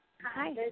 Hi